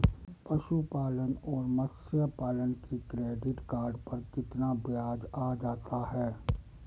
पशुपालन और मत्स्य पालन के क्रेडिट कार्ड पर कितना ब्याज आ जाता है?